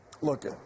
Look